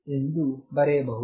ಎಂದು ಬರೆಯಬಹುದು